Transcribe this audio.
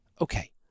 okay